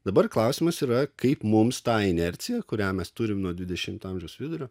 dabar klausimas yra kaip mums tą inerciją kurią mes turime nuo dvidešimto amžiaus vidurio